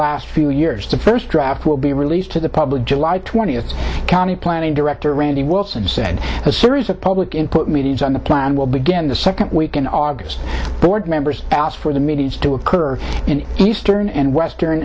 last few years the first draft will be released to the public july twentieth the county planning director randy wilson said a series of public input meetings on the plan will begin the second week in august board members asked for the meetings to occur in eastern and western